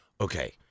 okay